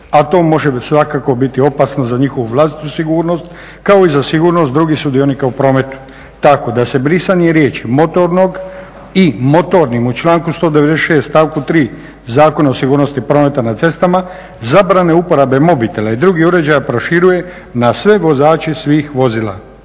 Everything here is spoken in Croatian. a to može svakako biti opasno za njihovu vlastitu sigurnost kao i za sigurnost drugih sudionika u prometu. Tako da se brisanje riječi "motornog" i "motornim" u članku 196. stavku 3. Zakona o sigurnosti prometa na cestama zabrane uporabe mobitela i drugih uređaja proširuje na sve vozače svih vozila.